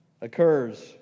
occurs